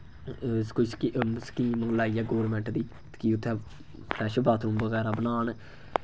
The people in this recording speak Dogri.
कोई सक स्कीम लाइयै गोरमैंट दी कि उत्थै फ्लैश बाथरूम बगैरा बनान